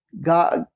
God